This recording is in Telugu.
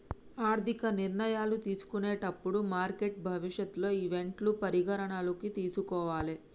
ఆర్థిక నిర్ణయాలు తీసుకునేటప్పుడు మార్కెట్ భవిష్యత్ ఈవెంట్లను పరిగణనలోకి తీసుకోవాలే